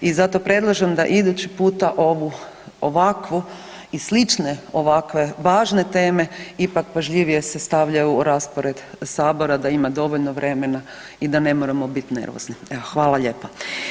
I zato predlažem da idući puta ovu ovakvu i slične ovakve važne teme ipak pažljivije se stavljaju u raspored sabora da ima dovoljno vremena i da ne moramo biti nervozni, evo hvala lijepa.